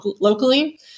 locally